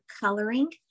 coloring